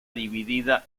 dividida